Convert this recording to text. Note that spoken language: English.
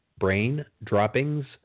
Braindroppings